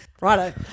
Righto